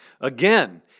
Again